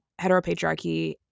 heteropatriarchy